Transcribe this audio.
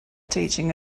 teaching